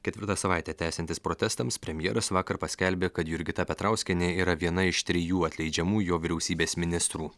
ketvirtą savaitę tęsiantis protestams premjeras vakar paskelbė kad jurgita petrauskienė yra viena iš trijų atleidžiamų jo vyriausybės ministrų